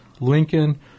Lincoln